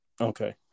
Okay